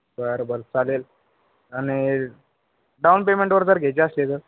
बरं बरं चालेल आणि डाऊन पेमेंटवर जर घ्यायची असली तर